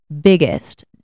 biggest